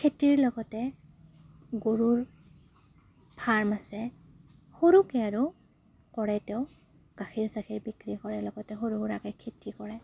খেতিৰ লগতে গৰুৰ ফাৰ্ম আছে সৰুকে আৰু কৰে তেওঁ গাখীৰ চাখীৰ বিক্ৰী কৰে লগতে সৰু সুৰাকে খেতি কৰে